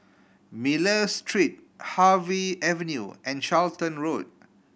Miller Street Harvey Avenue and Charlton Road